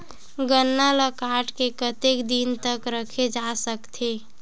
गन्ना ल काट के कतेक दिन तक रखे जा सकथे?